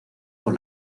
por